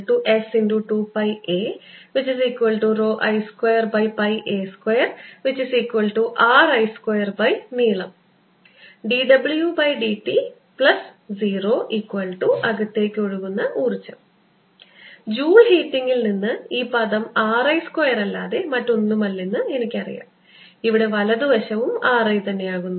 2πaI2a2RI2നീളം dWdt0അകത്തേക്ക് ഒഴുകുന്ന ഊർജം ജൂൾ ഹീറ്റിംഗിൽ നിന്ന് ഈ പദം R I സ്ക്വയറല്ലാതെ മറ്റൊന്നുമല്ലെന്ന് എനിക്കറിയാം ഇവിടെ വലതു വശവും R I തന്നെ ആകുന്നു